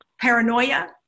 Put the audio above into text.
paranoia